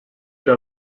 era